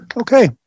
Okay